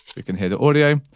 we can hear the audio.